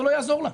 ה לא יעזור לה.